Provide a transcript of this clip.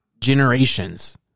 generations